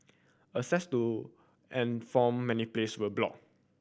access to and from many place were blocked